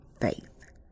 faith